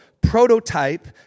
Prototype